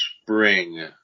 spring